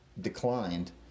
declined